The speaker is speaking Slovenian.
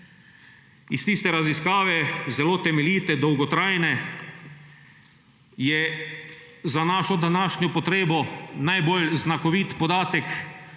Iz tiste raziskave, zelo temeljite, dolgotrajne, je za našo današnjo potrebo najbolj znakovit podatek